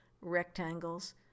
rectangles